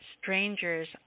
Strangers